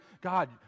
God